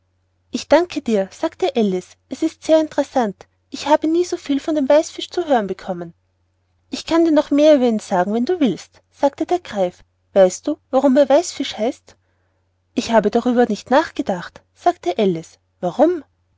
es danke dir sagte alice es ist sehr interessant ich habe nie so viel vom weißfisch zu hören bekommen ich kann dir noch mehr über ihn sagen wenn du willst sagte der greif weißt du warum er weißfisch heißt ich habe darüber noch nicht nachgedacht sagte alice warum